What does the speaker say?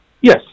Yes